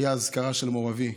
הייתה אזכרה של מו"ר אבי,